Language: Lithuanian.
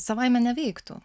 savaime neveiktų